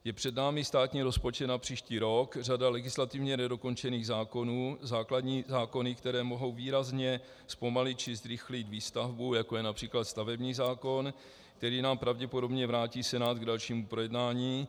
Je před námi státní rozpočet na příští rok, řada legislativně nedokončených zákonů, základní zákony, které mohou výrazně zpomalit či zrychlit výstavbu, jako je např. stavební zákon, který nám pravděpodobně vrátí Senát k dalšímu projednání.